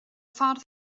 ffordd